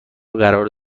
قراره